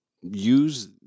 use